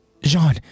Jean